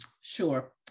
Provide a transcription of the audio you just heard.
Sure